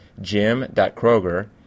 jim.kroger